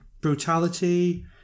Brutality